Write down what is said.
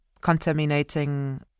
contaminating